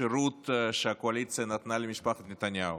שירות שהקואליציה נתנה למשפחת נתניהו.